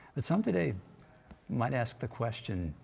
but some today might ask the question,